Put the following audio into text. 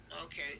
Okay